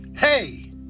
Hey